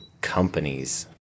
companies